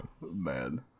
Man